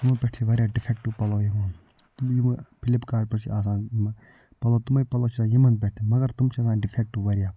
یِموٚو پٮ۪ٹھ چھِ واریاہ ڈِفیٚکٹِو پَلوٚو یِوان تہٕ یم فلپکارٹ پٮ۪ٹھ چھِ آسان یم پَلوٚو تِمے پَلوٚو چھِ آسان یِمَن پٮ۪ٹھ تہِ مَگر تِم چھِ آسان ڈِفیٚکٹِو واریاہ